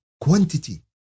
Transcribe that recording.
quantity